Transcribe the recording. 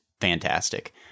fantastic